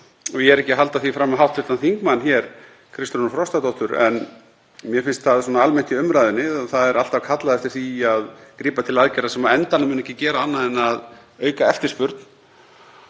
— ég er ekki að halda því fram hér um hv. þm Kristrúnu Frostadóttur, en mér finnst það svona almennt í umræðunni, það er alltaf kallað eftir því að grípa til aðgerða sem á endanum munu ekki gera annað en að auka eftirspurn.